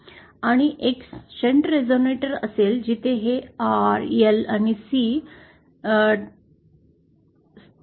आणि एक shunt resonator असेल जिथे हे आर एल आणि सी टाळले जात आहेत